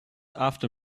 after